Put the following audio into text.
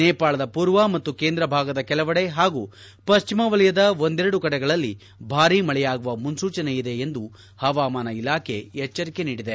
ನೇಪಾಳದ ಪೂರ್ವ ಮತ್ತು ಕೇಂದ್ರ ಭಾಗದ ಕೆಲವೆಡೆ ಹಾಗೂ ಪಶ್ಚಿಮ ವಲಯದ ಒಂದೆರೆಡು ಕಡೆಗಳಲ್ಲಿ ಭಾರಿ ಮಳೆಯಾಗುವ ಮುನ್ಲೂಚನೆಯಿದೆ ಎಂದು ಹವಾಮಾನ ಇಲಾಖೆ ಎಚ್ಲರಿಕೆ ನೀಡಿದೆ